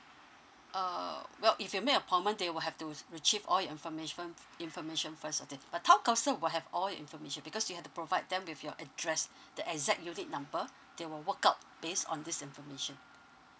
uh well if you make appointment they will have to retrieve all your information information first but town counsel will have all your information because you have to provide them with your address the exact unit number they will work out based on this information